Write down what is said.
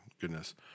goodness